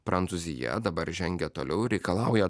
prancūzija dabar žengia toliau reikalauja